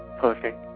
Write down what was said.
perfect